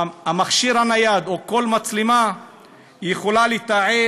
המכשיר הנייד וכל מצלמה יכולים לתעד